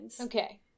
okay